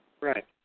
Right